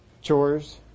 Chores